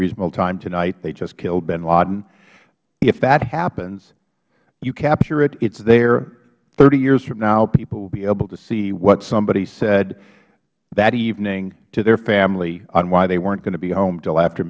reasonable time tonight they just killed bin laden if that happens you capture it it is there thirty years from now people will be able to see what somebody said that evening to their family on why they weren't going to be home until after